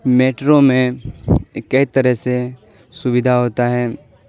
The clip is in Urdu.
میٹرو میں کئی طرح سے سویدھا ہوتا ہے